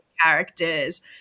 characters